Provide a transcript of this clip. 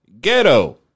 Ghetto